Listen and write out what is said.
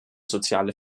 soziale